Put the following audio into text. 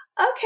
okay